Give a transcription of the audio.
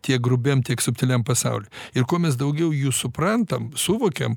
tiek grubiam tiek subtiliam pasauly ir ko mes daugiau jų suprantam suvokiam